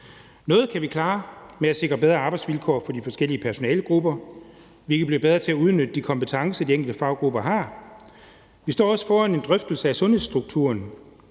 Noget kan vi klare ved at sikre bedre arbejdsvilkår for de forskellige personalegrupper. Vi kan blive bedre til at udnytte de kompetencer, de enkelte faggrupper har. Vi står også foran en drøftelse af sundhedsstrukturen,